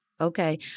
Okay